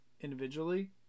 individually